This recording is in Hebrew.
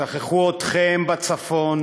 שכחו אתכם בצפון,